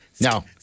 No